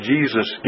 Jesus